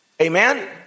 Amen